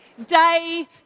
day